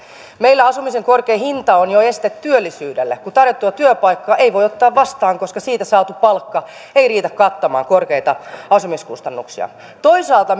meillä asumisen korkea hinta on jo este työllisyydelle kun tarjottua työpaikkaa ei voi ottaa vastaan koska siitä saatu palkka ei riitä kattamaan korkeita asumiskustannuksia toisaalta